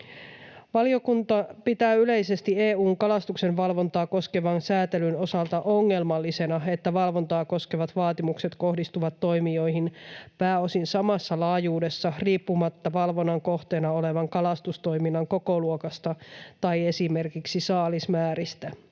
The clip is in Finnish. Valiokunta pitää yleisesti EU:n kalastuksenvalvontaa koskevan säätelyn osalta ongelmallisena, että valvontaa koskevat vaatimukset kohdistuvat toimijoihin pääosin samassa laajuudessa riippumatta valvonnan kohteena olevan kalastustoiminnan kokoluokasta tai esimerkiksi saalismääristä.